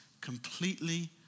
completely